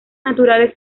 naturales